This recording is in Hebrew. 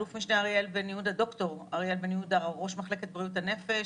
אל"מ ד"ר אריאל בן יהודה, ראש מחלקת בריאות הנפש,